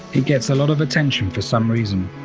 it gets a lot of attention for some reason!